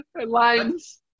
lines